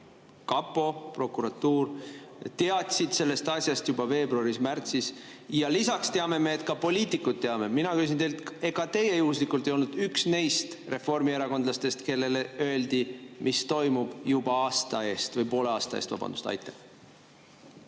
kapo ja prokuratuur, teadsid sellest asjast juba veebruaris‑märtsis ja lisaks teame, et ka poliitikud teadsid. Mina küsin teilt, ega teie juhuslikult ei olnud üks neist reformierakondlastest, kellele öeldi, mis toimub, juba aasta eest. Või poole aasta eest, vabandust!